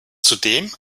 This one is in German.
zudem